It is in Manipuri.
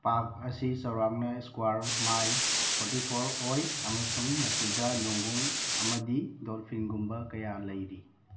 ꯄꯥꯔꯛ ꯑꯁꯤ ꯆꯥꯎꯔꯥꯛꯅ ꯏꯁꯀ꯭ꯋꯥꯔ ꯃꯥꯏꯜ ꯐꯣꯔꯇꯤ ꯐꯣꯔ ꯑꯣꯏ ꯑꯃꯁꯨꯡ ꯃꯁꯤꯗ ꯅꯨꯡꯒꯣꯡ ꯑꯃꯗꯤ ꯗꯣꯜꯐꯤꯟꯒꯨꯝꯕ ꯀꯌꯥ ꯂꯩꯔꯤ